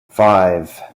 five